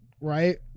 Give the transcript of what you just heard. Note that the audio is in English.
right